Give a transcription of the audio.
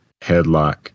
headlock